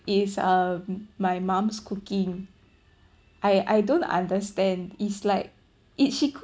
is um my mum's cooking I I don't understand it's like it she cooks